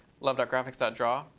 love but graphics ah draw,